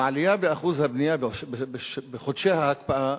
העלייה באחוז הבנייה בחודשי ההקפאה